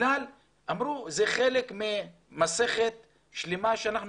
בגלל שאמרו שזה חלק ממסכת שלמה שאנחנו